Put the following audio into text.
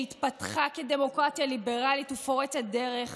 שהתפתחה כדמוקרטיה ליברלית ופורצת דרך